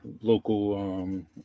local